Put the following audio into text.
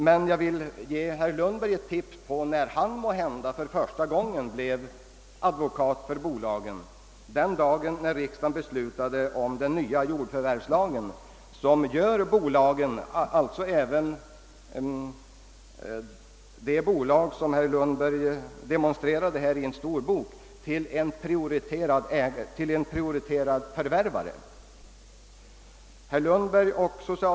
Jag kan däremot ge herr Lundberg ett tips om när han för första gången blev advokat åt bolagen — det var den dag då riksdagen beslutade om den nya jordförvärvslagen, som gör bolagen — även Graningeverken som herr Lundberg talade om här när han hänvisade till en stor bok — till prioriterade förvärvare.